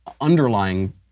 underlying